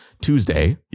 Tuesday